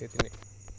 त्यति नै